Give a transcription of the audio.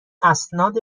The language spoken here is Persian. اسناد